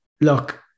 look